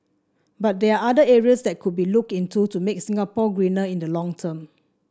but there are other areas that could be looked into to make Singapore greener in the long term